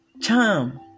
charm